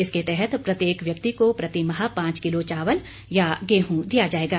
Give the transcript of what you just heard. इसके तहत प्रत्येक व्यक्ति को प्रति माह पांच किलो चावल या गेहूं दिया जाएगा